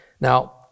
Now